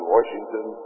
Washington